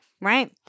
right